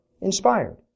inspired